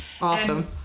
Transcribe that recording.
Awesome